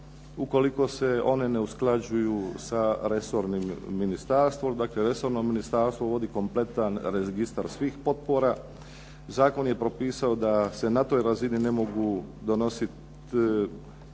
ukoliko se one ne usklađuju sa resornim ministarstvom. Dakle, resorno ministarstvo vodi kompletan registar svih potpora. Zakon je propisao da se na toj razini ne mogu donosit